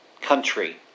country